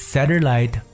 Satellite